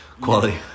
quality